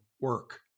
work